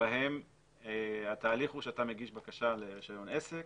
בהם התהליך הוא שאתה מגיש בקשה לרישיון עסק